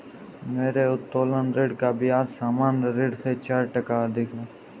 मेरे उत्तोलन ऋण का ब्याज सामान्य ऋण से चार टका अधिक है